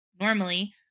Normally